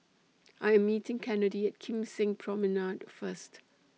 I Am meeting Kennedy At Kim Seng Promenade First